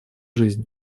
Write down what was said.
жизнь